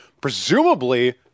Presumably